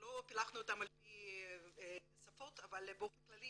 לא פילחנו אותם לפי שפות אבל באופן כללי